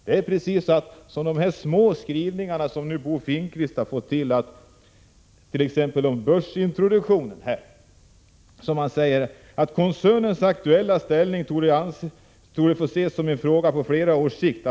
Det är precis som i de här små skrivningarna som Bo Finnkvist har fått till t.ex. om börsintroduktion när man säger ”att en börsintroduktion av SSAB mot bakgrund av koncernens aktuella ställning torde få ses som en fråga på flera års sikt”.